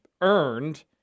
earned